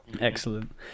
excellent